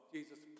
Jesus